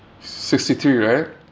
sixty three right